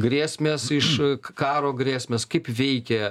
grėsmės iš karo grėsmės kaip veikia